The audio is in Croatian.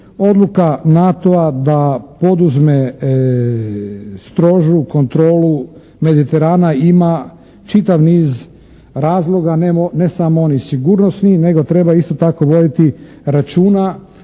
Odluka NATO-a da poduzme strožu kontrolu Mediterana ima čitav niz razloga, ne samo onih sigurnosnih nego treba isto tako voditi računa